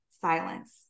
silence